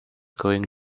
going